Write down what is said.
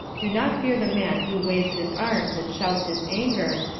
do not fear the man who waves his arms and shouts his anger,